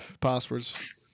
passwords